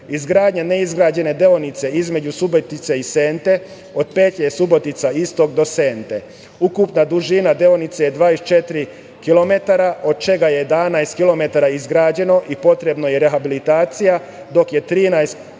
izgradnja neizgrađene deonice između Subotice i Sente od petlje Subotica Istok do Sentre. Ukupna dužina deonice je 24 kilometara, od čega je 11 kilometara izgrađeno i potrebna je rehabilitacija, dok je 13